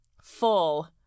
full